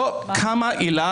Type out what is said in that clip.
לא קמה עילה